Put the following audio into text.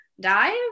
dive